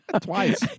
twice